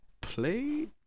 play